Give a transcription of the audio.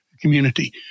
community